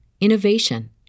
innovation